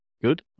good